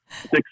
six